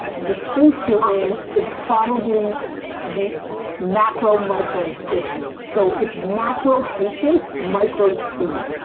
the space you're in is probably the macro, micro issue. so it's macro patience, micro speed,